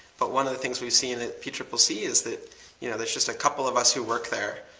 but one of the things we've seen in p triple c is that you know there's just a couple of us who work there,